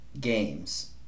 games